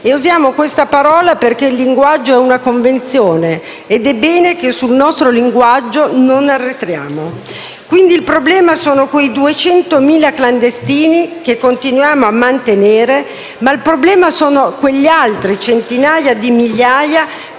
e usiamo questa parola perché il linguaggio è una convenzione ed è bene che sul nostro linguaggio non arretriamo. Quindi il problema sono quei 200.000 clandestini che continuiamo a mantenere e quelle altre centinaia di migliaia